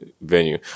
venue